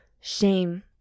Shame